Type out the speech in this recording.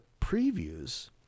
previews